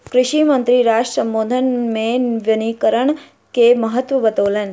कृषि मंत्री राष्ट्र सम्बोधन मे वनीकरण के महत्त्व बतौलैन